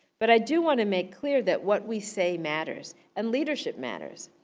but i do wanna make clear that what we say matters, and leadership matters.